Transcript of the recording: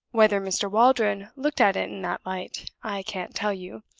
whether mr. waldron looked at it in that light, i can't tell you.